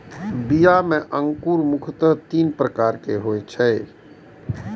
बीया मे अंकुरण मुख्यतः तीन प्रकारक होइ छै